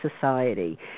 society